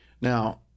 Now